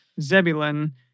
Zebulun